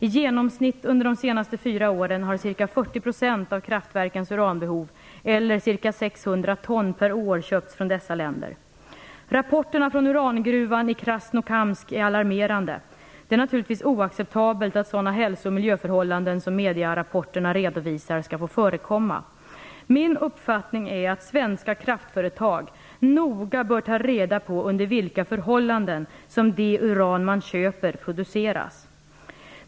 I genomsnitt under de senaste fyra åren har ca 40 % av kraftverkens uranbehov, eller ca 600 ton per år, köpts från dessa länder. Rapporterna från urangruvan i Krasnokamsk är alarmerande. Det är naturligtvis oacceptabelt att sådana hälso och miljöförhållanden som medierapporterna redovisar skall få förekomma. Min uppfattning är att svenska kraftföretag noga bör ta reda på under vilka förhållanden som det uran man köper produceras.